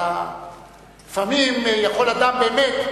לפעמים יכול אדם באמת,